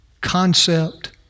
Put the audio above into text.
concept